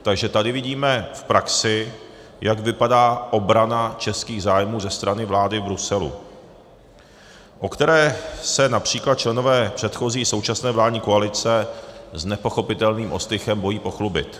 Takže tady vidíme v praxi, jak vypadá obrana českých zájmů ze strany vlády v Bruselu, o které se například členové předchozí i současné vládní koalice s nepochopitelným ostychem bojí pochlubit.